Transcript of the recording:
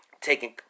Taking